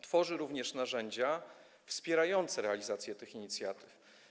Tworzy również narzędzia wspierające realizację tych inicjatyw.